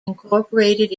incorporated